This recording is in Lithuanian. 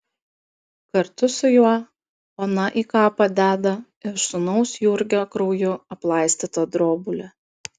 kartu su juo ona į kapą deda ir sūnaus jurgio krauju aplaistytą drobulę